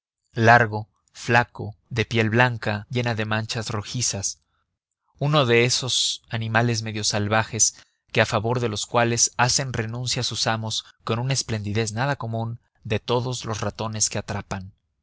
largo flaco de piel blanca llena de manchas rojizas uno de esos animales medio salvajes que a favor de los cuales hacen renuncia sus amos con una esplendidez nada común de todos los ratones que atrapan